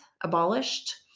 abolished